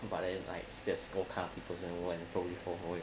but then you like their scorecard of peoples in the world and probably for holy